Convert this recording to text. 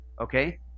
okay